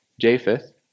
Japheth